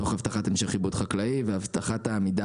תוך הבטחת המשך עיבוד חקלאי והבטחת העמידה